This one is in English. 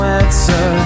answer